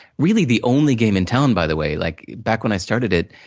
really, the only game in town, by the way. like, back when i started it,